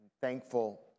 Thankful